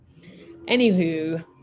anywho